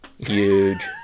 Huge